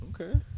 Okay